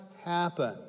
happen